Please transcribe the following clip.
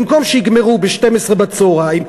במקום שיגמרו ב-12:00,